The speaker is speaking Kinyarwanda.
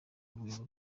rwego